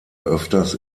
öfters